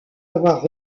avoir